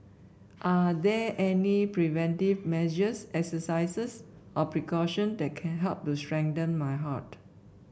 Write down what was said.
are there any preventive measures exercises or precaution that can help to strengthen my heart